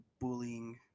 bullying